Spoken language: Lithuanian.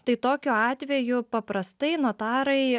tai tokiu atveju paprastai notarai